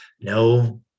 No